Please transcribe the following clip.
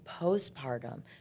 postpartum